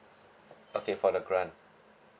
okay for the grant